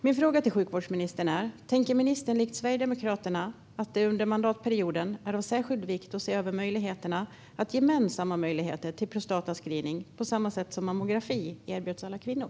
Min fråga till sjukvårdsministern är: Tänker ministern likt Sverigedemokraterna att det under mandatperioden är av särskild vikt att se över möjligheterna att ge män samma möjligheter till prostatascreening på samma sätt som mammografi erbjuds alla kvinnor?